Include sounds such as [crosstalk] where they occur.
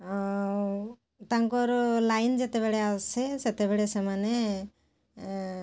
[unintelligible] ତାଙ୍କର ଲାଇନ୍ ଯେତେବେଳେ ଆସେ ସେତେବେଳେ ସେମାନେ